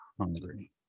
Hungry